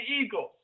Eagles